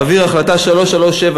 מעביר החלטה 3379,